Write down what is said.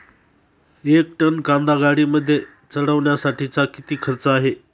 एक टन कांदा गाडीमध्ये चढवण्यासाठीचा किती खर्च आहे?